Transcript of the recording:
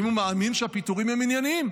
אם הוא מאמין שהפיטורים הם ענייניים.